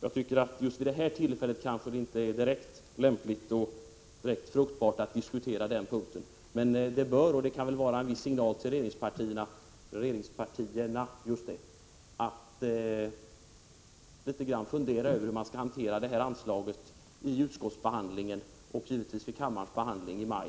Jag tycker inte att det vid detta 19 mars 1986 tillfälle är direkt lämpligt och fruktbart att diskutera denna punkt. Men det bör, och det kan vara en viss signal till regeringspartierna — just det, regeringspartierna — att litet grand fundera över hur man skall hantera detta anslag vid utskottsbehandlingen och givetvis vid kammarens behandling i maj.